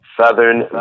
Southern